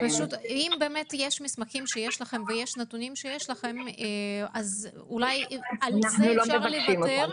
האם יש מסמכים או נתונים שיש לכם ואפשר לוותר?